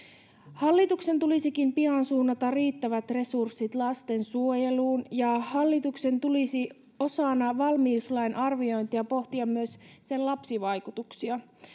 hallituksen tulisikin pian suunnata riittävät resurssit lastensuojeluun ja hallituksen tulisi osana valmiuslain arviointia pohtia myös sen lapsivaikutuksia